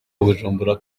bujumbura